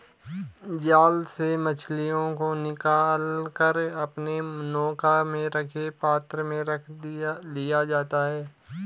जाल से मछलियों को निकाल कर अपने नौका में रखे पात्र में रख लिया जाता है